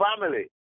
family